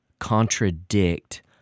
contradict